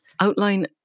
outline